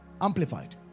Amplified